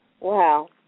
Wow